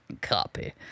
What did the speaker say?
copy